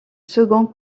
second